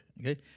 Okay